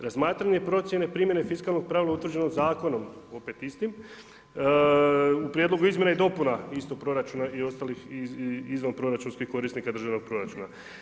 Razmatranje i procjene primjene fiskalnog pravila utvrđenog Zakonom, opet istim, u prijedlogu izmjena i dopuna iz tog proračuna i ostalih izvanproračunskih korisnika državnog proračuna.